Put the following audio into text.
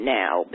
now